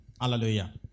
Hallelujah